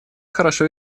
хорошо